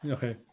Okay